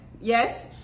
yes